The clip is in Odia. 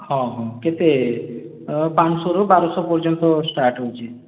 ହଁ ହଁ କେତେ ପାଁ'ଶହ ରୁ ବାରଶହ ପର୍ଯ୍ୟନ୍ତ ଷ୍ଟାର୍ଟ୍ ହେଉଛେ